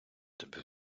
тобі